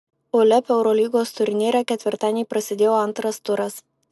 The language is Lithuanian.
uleb eurolygos turnyre ketvirtadienį prasidėjo antras turas